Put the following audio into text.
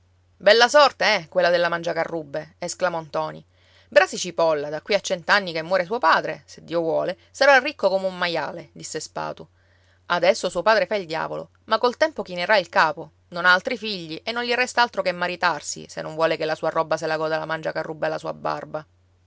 bella sorte eh quella della mangiacarrubbe esclamò ntoni brasi cipolla da qui a cent'anni che muore suo padre se dio vuole sarà ricco come un maiale disse spatu adesso suo padre fa il diavolo ma col tempo chinerà il capo non ha altri figli e non gli resta altro che maritarsi se non vuole che la sua roba se la goda la mangiacarrubbe alla sua barba